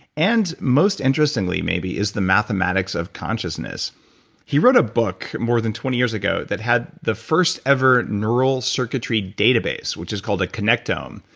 and most interestingly maybe, is the mathematics of consciousness he wrote a book more than twenty years ago that had the first ever neural circuitry database, which is called a connectome, um